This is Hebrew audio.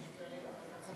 חוק להחלפת המונח מפגר